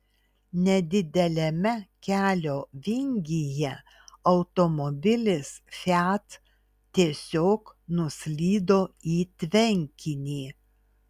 nedideliame kelio vingyje automobilis fiat tiesiog nuslydo į tvenkinį